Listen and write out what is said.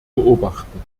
beobachten